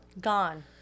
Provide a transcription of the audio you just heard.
Gone